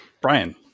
Brian